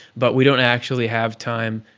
but we don't actually have time.